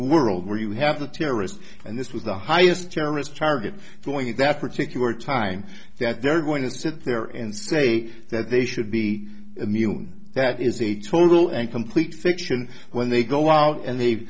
world where you have the terrorists and this was the highest terrorist target point at that particular time that they're going to sit there and say that they should be immune that is a total and complete fiction when they go out and